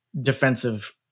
defensive